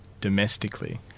domestically